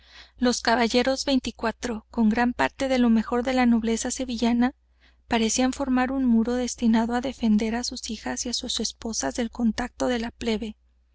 los caballeros veinticuatros con gran parte de lo mejor de la nobleza sevillana parecían formar un muro destinado á defender á sus hijas y sus esposas del contacto de la plebe